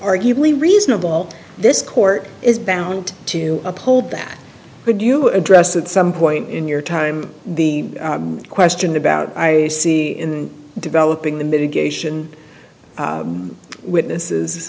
arguably reasonable this court is bound to uphold that could you address at some point in your time the question about i see in developing the mitigation witnesses